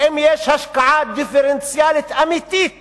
האם יש השקעה דיפרנציאלית אמיתית